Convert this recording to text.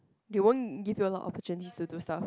they won't give you a lot of opportunity to do stuff